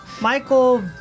Michael